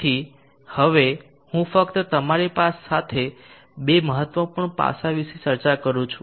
તેથી હવે હું ફક્ત તમારી સાથે 2 મહત્વપૂર્ણ પાસા વિશે ચર્ચા કરું છું